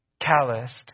calloused